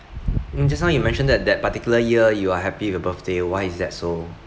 mm just now you mentioned that that particular year you are happy with your birthday why is that so